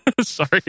Sorry